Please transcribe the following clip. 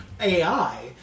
AI